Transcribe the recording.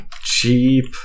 cheap